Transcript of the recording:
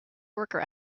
worker